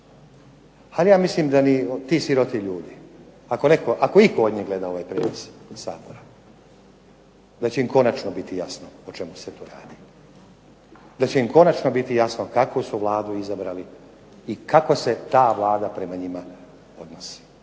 ali ja mislim da ni ti siroti ljudi, ako itko od njih gleda ovaj prijenos Sabora, da će im konačno biti jasno o čemu se tu radi. Da će im konačno biti jasno kakvu su vladu izabrali i kako se ta Vlada prema njima odnosi.